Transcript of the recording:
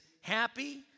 happy